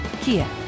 Kia